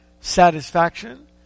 satisfaction